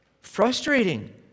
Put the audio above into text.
frustrating